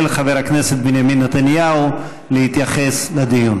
חבר הכנסת בנימין נתניהו להתייחס לדיון,